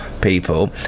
people